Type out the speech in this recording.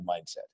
mindset